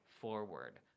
forward